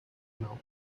now